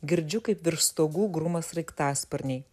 girdžiu kaip virš stogų gruma sraigtasparniai